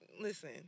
listen